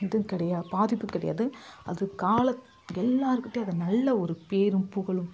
இதுவும் கிடையா பாதிப்பு கிடையாது அது காலத் எல்லாேருக்கிட்டையும் அது நல்ல ஒரு பேரும் புகழும்